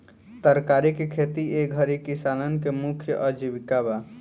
तरकारी के खेती ए घरी किसानन के मुख्य आजीविका बा